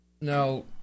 now